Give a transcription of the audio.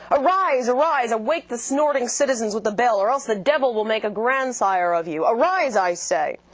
arise, arise awake the snorting citizens with the bell, or else the devil will make a grandsire of you arise, i say.